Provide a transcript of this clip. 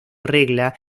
regla